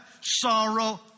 sorrow